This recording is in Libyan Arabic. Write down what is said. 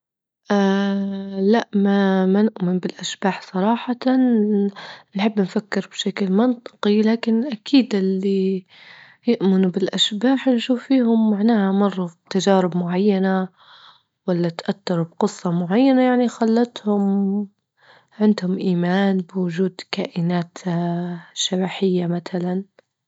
لا ما- ما نؤمن بالأشباح صراحة، نحب نفكر بشكل منطقي، لكن أكيد اللي يؤمنوا بالأشباح نشوف فيهم معناها مروا بتجارب معينة، ولا إتأثروا بقصة معينة يعني خلتهم عندهم إيمان بوجود كائنات شبحية مثلا.